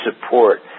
support